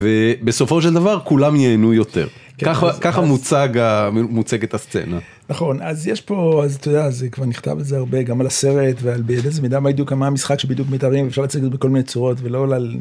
בסופו של דבר כולם ייהנו יותר, ככה ככה מוצג, מוצגת הסצנה. נכון, אז יש פה אז אתה יודע זה כבר נכתב על זה הרבה גם על הסרט ועל באיזה מידה מה ידעו כמה המשחק שבדיוק מתארים בכל מיני צורות ולא על.